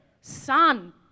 son